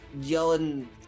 yelling